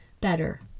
better